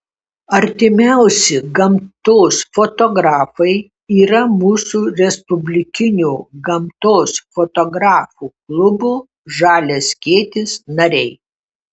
artimiausi gamtos fotografai yra mūsų respublikinio gamtos fotografų klubo žalias skėtis nariai